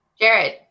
Jared